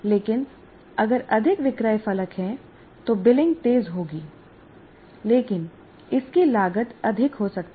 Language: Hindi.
लेकिन अगर अधिक विक्रय फलक हैं तो बिलिंग तेज होगी लेकिन इसकी लागत अधिक हो सकती है